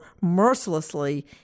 mercilessly